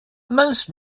most